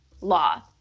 law